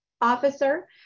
officer